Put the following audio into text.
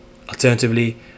Alternatively